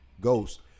Ghost